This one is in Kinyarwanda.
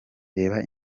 reba